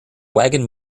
wagon